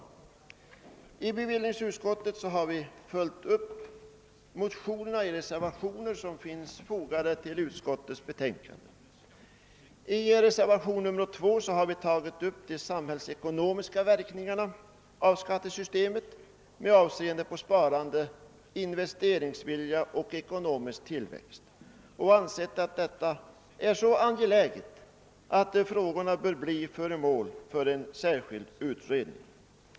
Vi har i bevillningsutskottet följt upp motionerna i reservationer som är fogade vid utskottets betänkande. I re servationen 2 har vi tagit upp de samhällsekonomiska verkningarna av skattesystemet med avseende på sparande, investeringsvilja och ekonomisk tillväxt. Vi har ansett att dessa frågor är så viktiga att de bör bli föremål för en särskild utredning.